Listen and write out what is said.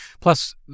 Plus